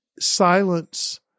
silence